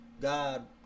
god